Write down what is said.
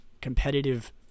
competitive